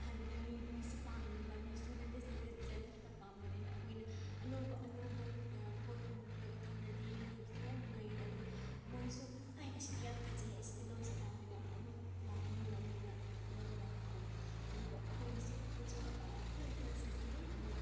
ꯍꯥꯏꯕꯗꯤ ꯃꯤ ꯃꯤꯁꯦ ꯄꯥꯝꯒꯅꯤꯕ ꯃꯤꯁꯨ ꯂꯦꯇꯦꯁ ꯂꯦꯇꯦꯁ ꯗꯤꯖꯥꯏꯟ ꯈꯛꯇ ꯄꯥꯝꯕꯅꯤꯅ ꯑꯩꯈꯣꯏꯅ ꯑꯅꯧꯕ ꯑꯅꯧꯕ ꯄꯣꯠꯀꯨꯝꯕ ꯄꯨꯔꯒ ꯊꯝꯂꯗꯤ ꯃꯣꯏꯕꯨꯁꯨ ꯌꯥꯝ ꯅꯨꯡꯉꯥꯏꯒꯅꯤ ꯑꯗꯨꯒ ꯃꯣꯏꯁꯨ ꯑꯥꯏ ꯑꯁꯤꯗꯤ ꯌꯥꯝ ꯐꯖꯩ ꯑꯁꯤꯗꯤ ꯂꯧꯁꯤꯗ ꯍꯥꯏꯅ ꯑꯗꯨꯝ ꯂꯥꯛꯀꯅꯤ ꯂꯧꯅꯤꯡꯉ ꯂꯧꯕ ꯂꯥꯛꯀꯅꯤ ꯑꯗꯨꯒ ꯑꯩꯈꯣꯏꯒꯤꯁꯨ ꯄꯣꯠ ꯆꯩ ꯈꯔ ꯊꯨꯅ ꯊꯨꯅ ꯁꯤꯠꯀꯅꯤ ꯑꯗꯨ